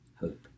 hope